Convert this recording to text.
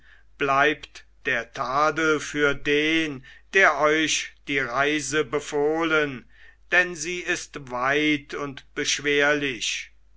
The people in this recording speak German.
bleibt der tadel für den der euch die reise befohlen denn sie ist weit und beschwerlich